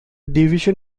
division